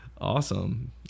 Awesome